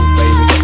baby